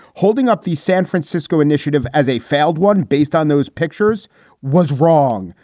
holding up the san francisco initiative as a failed one based on those pictures was wrong.